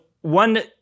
one